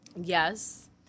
Yes